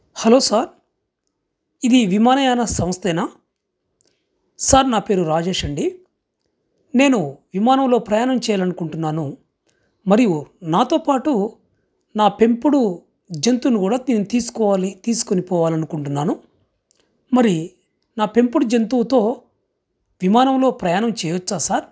hello sir ఇది విమానయాన సంస్థేనా సార్ నా పేరు రాజేష్ అండి నేను విమానంలో ప్రయాణం చేయాలనుకుంటున్నాను మరియు నాతో పాటు నా పెంపుడు జంతువును కూడా తీసుకోవాలి తీసుకొని పోవాలి అనుకుంటున్నాను మరి నా పెంపుడు జంతువుతో విమానంలో ప్రయాణం చేయవచ్చా సార్